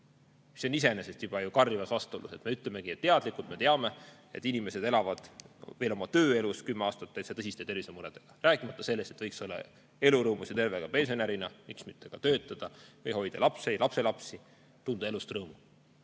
See on iseenesest juba karjuvas vastuolus. Me ütlemegi teadlikult, et me teame, et inimesed elavad veel oma tööelus kümme aastat täitsa tõsiste tervisemuredega, rääkimata sellest, et inimene võiks olla elurõõmus ja terve ka pensionärina, miks mitte töötada või hoida lapsi-lapselapsi, tunda elust rõõmu.